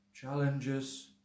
challenges